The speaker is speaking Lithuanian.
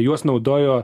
juos naudojo